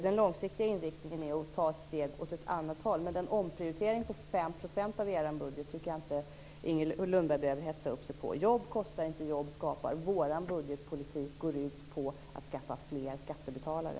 Den långsiktiga inriktning är att ta ett steg åt ett annat håll. Men en omprioritering på 5 % av er budget tycker jag inte att Inger Lundberg behöver hetsa upp sig över. Jobb kostar inte. Jobb skapar. Vår budgetpolitik går ut på att skaffa fler skattebetalare.